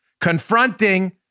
confronting